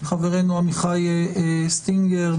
חברינו עמיחי סטינגר,